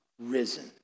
risen